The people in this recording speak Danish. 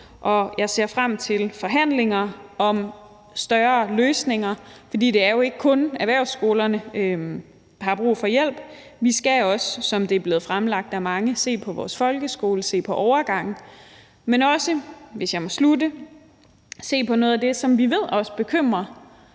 Jeg ser frem til forhandlinger om større løsninger, for det er jo ikke kun erhvervsskolerne, der har brug for hjælp; vi skal også, som det er blevet fremlagt af mange, se på vores folkeskole, se på overgangen, men også, hvis jeg må slutte med det, se på noget af det, som vi ved også bekymrer